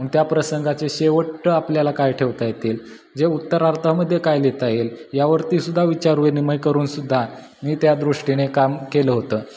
त्या प्रसंगाचे शेवट आपल्याला काय ठेवता येतील जे उत्तरार्धामध्ये काय लिहिता येईल यावरती सुद्धा विचारविनिमय करून सुद्धा मी त्या दृष्टीने काम केलं होतं